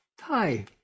Hi